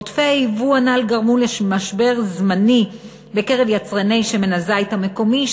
עודפי היבוא הנ"ל גרמו למשבר זמני בקרב יצרני שמן הזית המקומי,